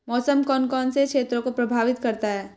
मौसम कौन कौन से क्षेत्रों को प्रभावित करता है?